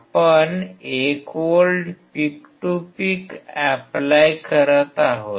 आपण 1 volt peak to peak apply करत आहोत